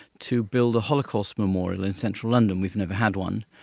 to build a holocaust memorial in central london, we've never had one.